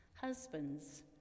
Husbands